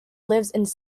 lives